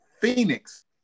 Phoenix